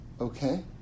Okay